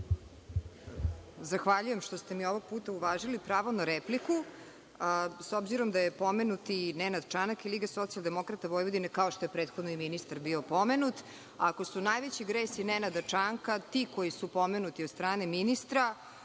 Zahvaljujem što ste mi ovog puta uvažili pravo na repliku, s obzirom da je pomenut i Nenad Čanak i LSV, kao što je prethodni ministar bio pomenut. Ako su najveći gresi Nenada Čanka ti koji su pomenuti od strane ministra